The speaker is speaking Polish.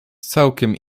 całkiem